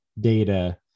data